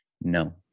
no